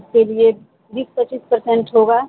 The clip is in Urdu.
اس کے لیے بیس پچیس پرسینٹ ہوگا